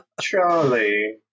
Charlie